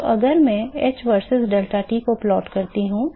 तो अगर मैं h versus deltaT को प्लाट करता हूं